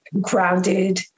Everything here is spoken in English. grounded